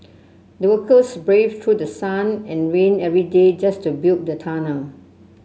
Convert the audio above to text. the workers braved through sun and rain every day just to build the tunnel